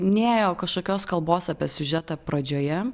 nėjo kažkokios kalbos apie siužetą pradžioje